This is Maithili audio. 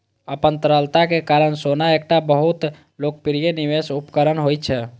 अपन तरलताक कारण सोना एकटा बहुत लोकप्रिय निवेश उपकरण होइ छै